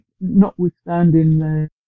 notwithstanding